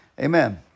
Amen